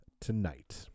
tonight